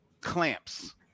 clamps